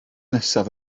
nesaf